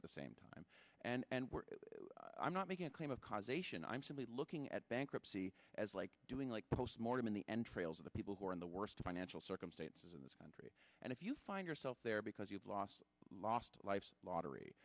at the same time and we're i'm not making a claim of causation i'm simply looking at bankruptcy as like doing like post mortem in the entrails of the people who are in the worst financial circumstances in this country and if you find yourself there because you've lost lost life's lottery